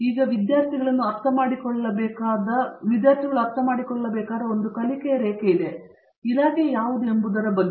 ಈ ವಿದ್ಯಾರ್ಥಿಗಳನ್ನು ಅರ್ಥಮಾಡಿಕೊಳ್ಳಬೇಕಾದ ಒಂದು ಕಲಿಕೆಯ ರೇಖೆಯು ಇದೆ ಇಲಾಖೆ ಯಾವುದು ಎಂಬುದರ ಬಗ್ಗೆ